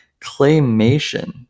Claymation